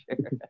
sure